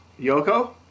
Yoko